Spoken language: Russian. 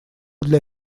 для